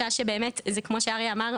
כמו שאריה אמר,